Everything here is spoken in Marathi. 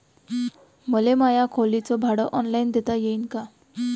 मले माया खोलीच भाड ऑनलाईन देता येईन का?